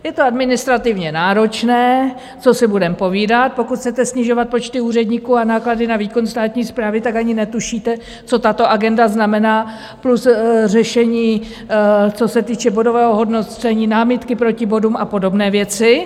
Je to administrativně náročné, co si budeme povídat, pokud chcete snižovat počty úředníků a náklady na výkon státní správy, tak ani netušíte, co tato agenda znamená, plus řešení, co se týče bodového hodnocení, námitky proti bodům a podobné věci.